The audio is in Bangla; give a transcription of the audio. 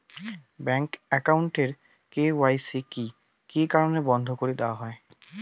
ব্যাংক একাউন্ট এর কে.ওয়াই.সি কি কি কারণে বন্ধ করি দেওয়া হয়?